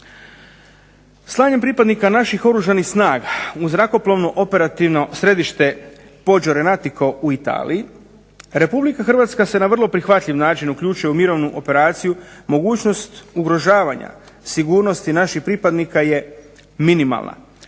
Slanjem pripadnika naših Oružanih snaga u zrakoplovno operativno središte …/Ne razumije se./… u Italiji, Republika Hrvatska se na vrlo prihvatljiv način uključuje u mirovnu operaciju. Mogućnost ugrožavanja sigurnosti naših pripadnika je minimalna,